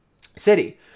city